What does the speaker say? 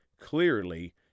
clearly